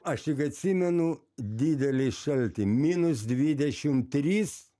aš tik atsimenu didelį šaltį minus dvidešim trys